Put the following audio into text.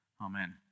Amen